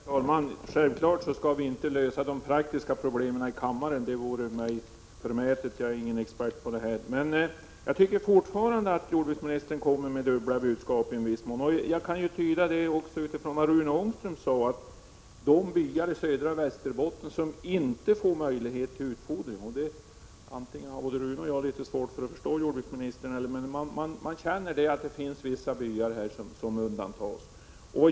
Herr talman! Självfallet skall vi inte lösa de praktiska problemen i kammaren. Det vore förmätet av mig att försöka göra det, eftersom jag inte är någon expert på dessa frågor. Men jag tycker fortfarande att jordbruksministern i viss mån för fram dubbla budskap. Jag utläser detta också av det som Rune Ångström sade om de byar i södra Västerbotten som inte får möjlighet till stödutfodring. Kanske har både Rune Ångström och jag litet svårt att förstå jordbruksministern, men det är ändå så att vissa byar undantas.